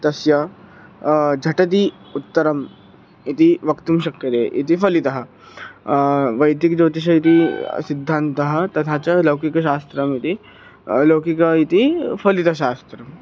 तस्य झटिति उत्तरम् इति वक्तुं शक्यते इति फलितः वैदिकज्योतिषः इति सिद्धान्तः तथा च लौकिकशास्त्रम् इति लौकिकम् इति फलितशास्त्रं